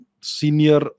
senior